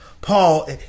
Paul